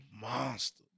monster